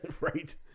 right